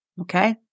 okay